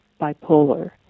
bipolar